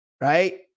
right